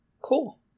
cool